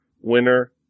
Winner